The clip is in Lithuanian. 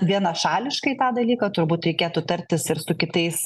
vienašališkai tą dalyką turbūt reikėtų tartis ir su kitais